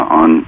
on